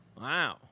Wow